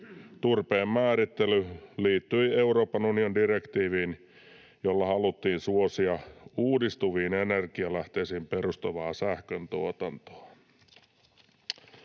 Turpeen määrittely liittyi Euroopan unionin direktiiviin, jolla haluttiin suosia uudistuviin energialähteisiin perustuvaa sähköntuotantoa.